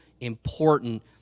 important